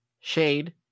Shade